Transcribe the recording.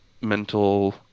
mental